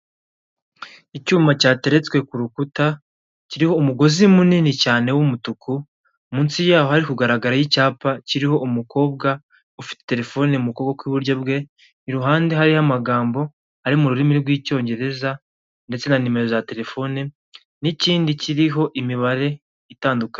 Icyuma cyateretswe ku rukuta kiriho umugozi munini cyane w'umutuku munsi yaho hari kugaragaraho icyapa kiriho umukobwa ufite telefone mu kuboko kw'iburyo bwe, iruhande hariho amagambo ari mu rurimi rw'icyongereza ndetse na nimero za telefone n'kindi kiriho imibare itandukanye.